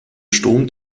sturm